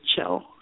chill